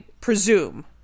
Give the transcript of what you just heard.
presume